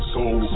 Soul